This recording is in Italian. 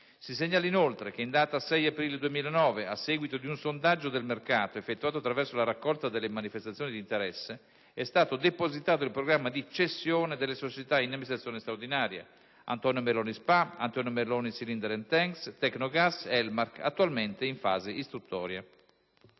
Si segnala, inoltre, che in data 6 aprile 2009, a seguito di un sondaggio del mercato, effettuato attraverso la raccolta delle manifestazioni di interesse, è stato depositato il programma di cessione delle società in amministrazione straordinaria: Antonio Merloni SpA, Antonio Merloni Cylinder & Tanks Srl, Tecnogas SpA ed Elmarc SpA, attualmente in fase istruttoria.